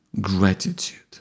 gratitude